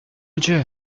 dieu